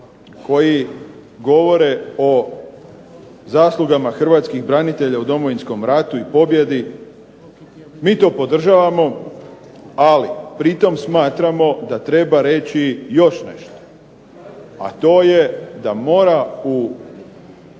koji govore o zaslugama hrvatskih branitelja u Domovinskom ratu i pobjedi, mi to podržavamo, ali pritom smatramo da treba reći još nešto, a to je da mora u